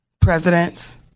Presidents